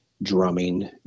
drumming